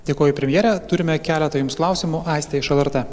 dėkoju premjere turime keletą jums klausimų aistė iš lrt